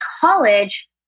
college